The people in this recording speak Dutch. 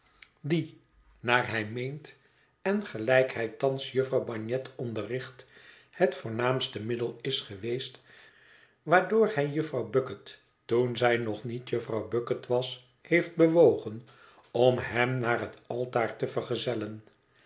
die naar hij meent en gelijk hij thans jufvrouw bagnet onderricht het voornaamste middel is geweest waardoor hij jufvrouw bucket toen zij nog niet jufvrouw bucket was heeft bewogen om hem naar het altaar te vergezellen